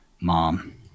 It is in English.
mom